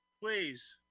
please